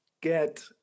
get